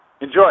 enjoy